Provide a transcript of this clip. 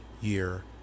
year